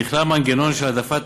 נכלל מנגנון של העדפת